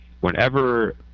whenever